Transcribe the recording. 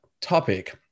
topic